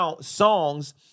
songs